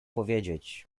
powiedzieć